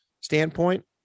standpoint